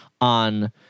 on